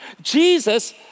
Jesus